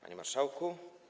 Panie Marszałku!